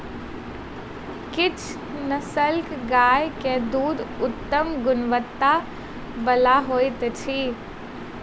किछ नस्लक गाय के दूध उत्तम गुणवत्ता बला होइत अछि